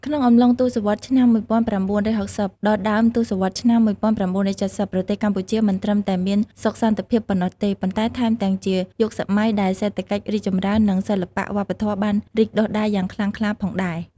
ក្នុងអំឡុង ទសវត្សរ៍ឆ្នាំ១៩៦០ ដល់ដើមទសវត្សរ៍ឆ្នាំ១៩៧០ ប្រទេសកម្ពុជាមិនត្រឹមតែមាន សុខសន្តិភាព ប៉ុណ្ណោះទេ ប៉ុន្តែថែមទាំងជាយុគសម័យដែល សេដ្ឋកិច្ចរីកចម្រើន និង សិល្បៈវប្បធម៌បានរីកដុះដាលយ៉ាងខ្លាំងក្លា ផងដែរ។